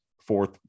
fourth